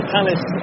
Palace